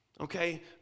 okay